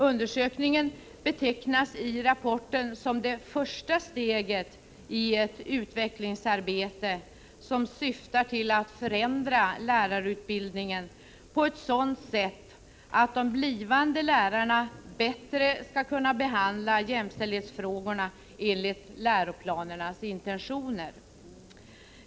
Undersökningen betecknas i rapporten som det första steget i ett utvecklingsarbete som syftar till att förändra lärarutbildningen på ett sådant sätt att de blivande lärarna bättre skall kunna "behandla jämställdhetsfrågorna enligt läroplanernas intentioner.